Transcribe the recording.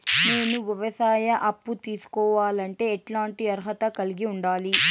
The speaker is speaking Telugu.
నేను వ్యవసాయ అప్పు తీసుకోవాలంటే ఎట్లాంటి అర్హత కలిగి ఉండాలి?